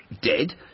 Dead